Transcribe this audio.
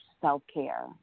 self-care